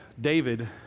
David